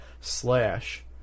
slash